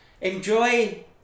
enjoy